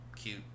cute